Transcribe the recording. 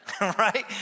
Right